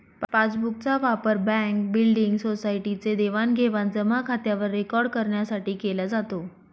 passbook चा वापर bank, building, society चे देवाणघेवाण जमा खात्यावर रेकॉर्ड करण्यासाठी केला जातो